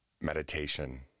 meditation